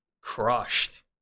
crushed